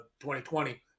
2020